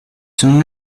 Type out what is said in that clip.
soon